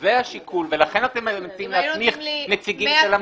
זה השיקול ולכן אתם מציעים להסמיך נציגים של המפעילים.